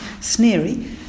sneery